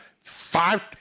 five